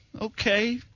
okay